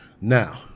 Now